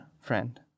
friend